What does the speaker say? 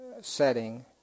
setting